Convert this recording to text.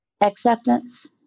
acceptance